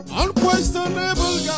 unquestionable